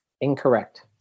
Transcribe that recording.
Incorrect